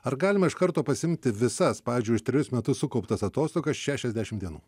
ar galima iš karto pasiimti visas pavyzdžiui už trejus metus sukauptas atostogas šešiasdešimt dienų